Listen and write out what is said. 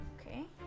Okay